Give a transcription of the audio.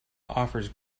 offers